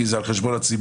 כי זה על חשבון הציבור,